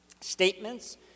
statements